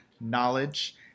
knowledge